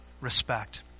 respect